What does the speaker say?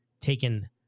taken